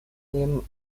dem